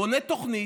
בונה תוכנית,